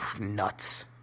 nuts